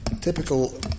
typical